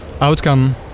outcome